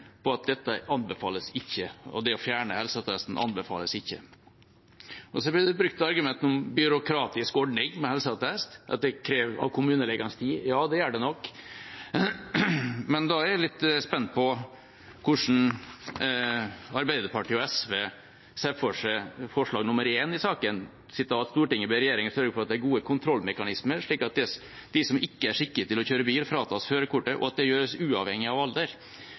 byråkratisk – at det krever av kommunelegenes tid. Ja, det gjør det nok. Men da er jeg litt spent på hvordan Arbeiderpartiet og SV stiller seg til forslag nr. 1 i saken: «Stortinget ber regjeringen sørge for at det er gode kontrollmekanismer, slik at de som ikke er skikket til å kjøre bil, fratas førerkortet, og at dette gjøres uavhengig av alder.»